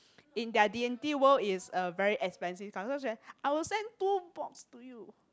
in their dainty world is a very expensive I will send two box to you